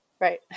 Right